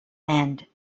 and